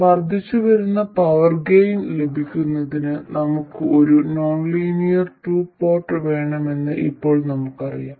വർദ്ധിച്ചുവരുന്ന power gain ലഭിക്കുന്നതിന് നമുക്ക് ഒരു നോൺലീനിയർ ടു പോർട്ട് വേണമെന്ന് ഇപ്പോൾ നമുക്കറിയാം